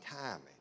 timing